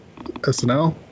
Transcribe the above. SNL